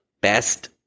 best